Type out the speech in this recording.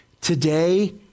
Today